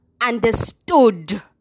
understood